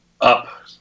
up